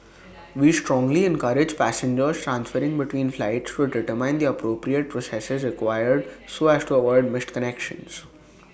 we strongly encourage passengers transferring between flights to determine the appropriate processes required so as to avoid missed connections